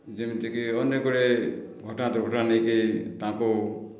ଯେମିତିକି ଅନେକ ଗୁଡ଼ିଏ ଘଟଣା ଦୁର୍ଘଟଣା ନେଇକି ତାଙ୍କୁ